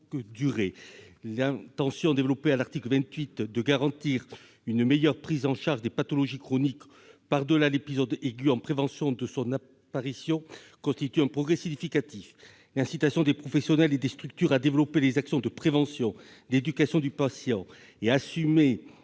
durée. L'intention développée à l'article 28 de garantir une meilleure prise en charge des pathologies chroniques, par-delà l'épisode aigu, en prévention de son apparition, constitue un progrès significatif. L'incitation des professionnels et des structures à développer les actions de prévention, d'éducation du patient et à assurer